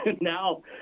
Now